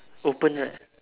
open right